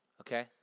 Okay